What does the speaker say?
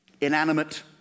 Inanimate